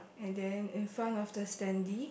and then in front of the standee